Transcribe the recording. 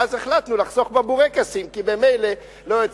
ואז החלטנו לחסוך בבורקסים כי ממילא לא,